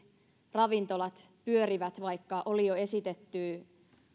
ravintolat pyörivät vaikka oli jo esitetty